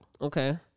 Okay